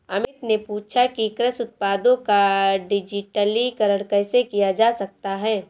अमित ने पूछा कि कृषि उत्पादों का डिजिटलीकरण कैसे किया जा सकता है?